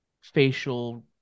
Facial